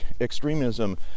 extremism